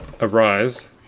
arise